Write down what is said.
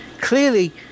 clearly